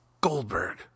Goldberg